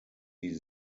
die